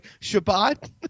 Shabbat